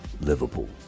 Liverpool